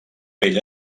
vell